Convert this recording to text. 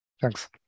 Thanks